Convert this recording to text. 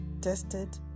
tested